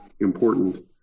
important